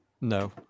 no